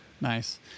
Nice